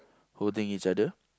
holding each other